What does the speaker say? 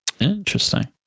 Interesting